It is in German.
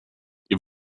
ihr